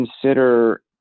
consider